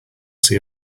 see